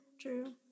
true